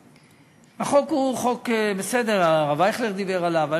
החוק הוא בסדר, הרב אייכלר דיבר עליו.